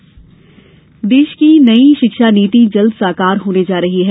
नई शिक्षा नीति देश की नई शिक्षा नीति जल्द साकार होने जा रही है